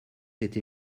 été